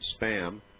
spam